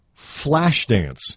Flashdance